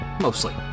mostly